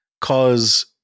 cause